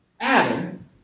Adam